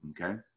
okay